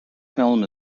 film